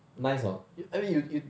nice hor I mean you you